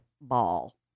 ball